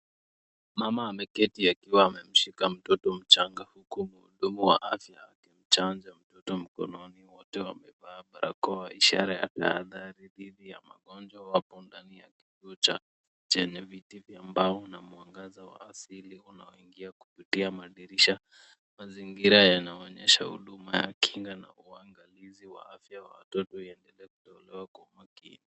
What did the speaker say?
Mama ameketi akiwa amemshika mtoto mchanga huku mhudumu wa afya akimchanja mtoto mkononi. Wote wamevaa barakoa, ishara ya tahadhari dhidi ya magonjwa. Wapo ndani ya kituo chenye viti vya mbao na mwangaza wa asili unaoingia kupitia madirisha. Mazingira yanaonyesha huduma ya kinga na uangalizi wa afya wa watoto iendelee kutolewa kwa umakini.